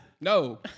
No